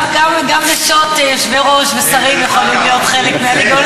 גם נשות יושבי-ראש ושרים יכולים להיות חלק מהליגה.